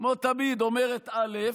כמו תמיד, אומרת א'